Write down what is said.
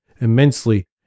immensely